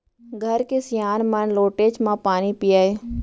घर के सियान मन लोटेच म पानी पियय